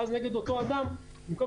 ואז נגד אותו אדם --- תומר,